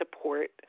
support